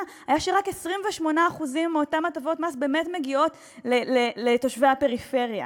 היה שרק 28% מאותן הטבות מס באמת מגיעות לתושבי הפריפריה,